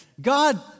God